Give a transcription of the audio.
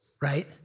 right